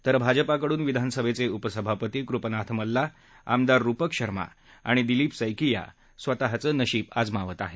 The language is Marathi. तर भाजपकडून विधानसभेचे उपसभापती कृपनाथ मल्ला आमदार रुपक शर्मा आणि दिलीप सैकीया त्यांचे नशीब आजमावत आहेत